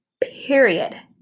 Period